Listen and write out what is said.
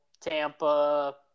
Tampa